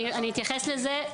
אני אתייחס לזה.